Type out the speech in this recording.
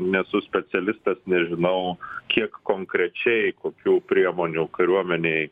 nesu specialistas nežinau kiek konkrečiai kokių priemonių kariuomenėj